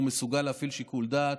הוא מסוגל להפעיל שיקול דעת,